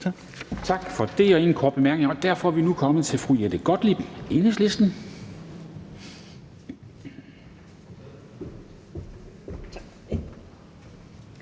Tak for det. Der er ingen korte bemærkninger, og derfor er vi nu kommet til fru Jette Gottlieb, Enhedslisten.